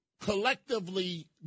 collectively